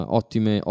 ottime